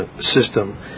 system